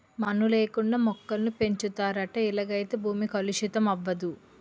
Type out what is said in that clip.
మన్ను లేకుండా మొక్కలను పెంచుతారట ఇలాగైతే భూమి కలుషితం అవదు